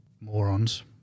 morons